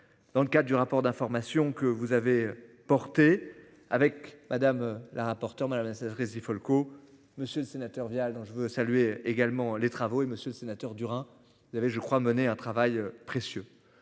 Dans le cas du rapport d'information que vous avez porté avec madame la rapporteure de la messagerie. Folco Monsieur le sénateur Vial dont je veux saluer également les travaux et Monsieur le Sénateur, hein, vous avez je crois mener un travail précieux